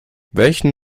welchen